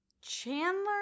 Chandler